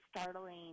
startling